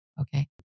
Okay